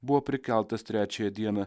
buvo prikeltas trečiąją dieną